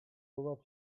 słowa